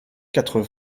quatre